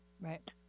Right